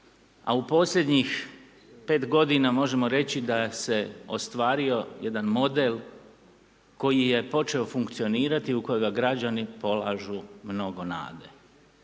a u posljednjih 5 godina možemo reći da se ostvario jedan model koji je počeo funkcionirati, u kojega građani polažu mnogo nade.